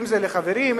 אם לחברים,